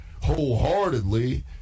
wholeheartedly